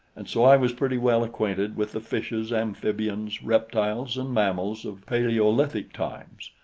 and so i was pretty well acquainted with the fishes, amphibians, reptiles, and mammals of paleolithic times.